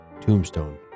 Tombstone